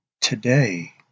Today